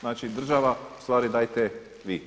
Znači država ustvari dajte vi.